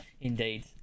indeed